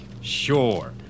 Sure